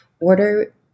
order